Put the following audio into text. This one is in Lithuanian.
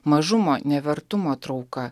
mažumo nevertumo trauka